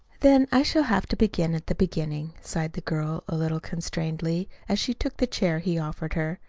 then i shall have to begin at the beginning, sighed the girl a little constrainedly as she took the chair he offered her.